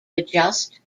adjust